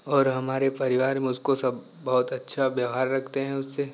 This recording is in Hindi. और हमारे परिवार में उसको सब बहुत अच्छा व्यवहार रखते हैं उससे